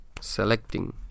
selecting